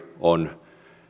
on